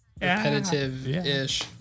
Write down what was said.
repetitive-ish